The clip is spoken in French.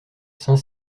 saint